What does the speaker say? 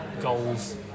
goals